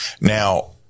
Now